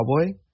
cowboy